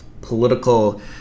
political